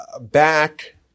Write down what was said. back